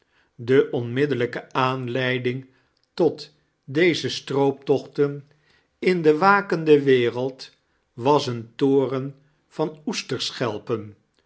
de ontniddellijke aanleiding tot deze strooptochten in de wakende wereld was een toren van